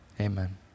amen